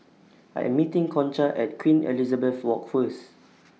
I Am meeting Concha At Queen Elizabeth Walk First